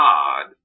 God